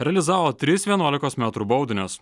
realizavo tris vienuolikos metrų baudinius